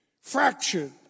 fractured